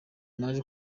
naje